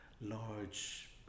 large